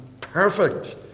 perfect